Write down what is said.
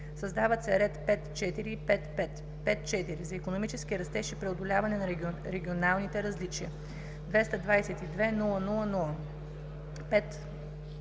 създават се ред 5.4 и 5.5.: „5.4. За икономически растеж и преодоляване на регионалните различия 220